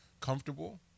comfortable